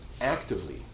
actively